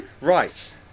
Right